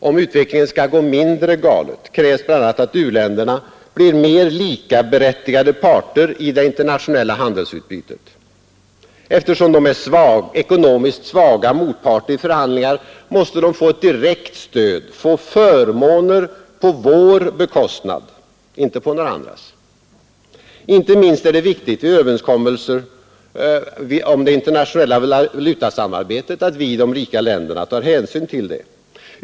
Om utvecklingen skulle gå mindre galet krävs bl.a. att u-länderna blir mer likaberättigade parter i det internationella handelsutbytet. Eftersom de är ekonomiskt svaga motparter i förhandlingar måste de få ett direkt stöd, få förmåner på vår bekostnad — inte på några andras. Inte minst är det viktigt vid överenskommelser om det internationella valutasamarbetet att vi i de rika länderna tar hänsyn till det.